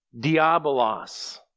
Diabolos